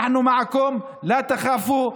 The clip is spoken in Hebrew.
אנחנו איתכם, אל תפחדו.